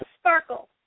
Sparkle